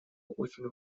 очень